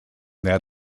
that